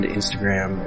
Instagram